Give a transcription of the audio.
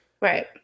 right